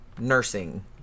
nursing